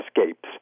escapes